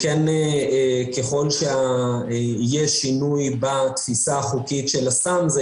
שככל שיש שינוי בתפיסה החוקית של הסם זה